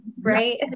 Right